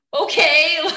Okay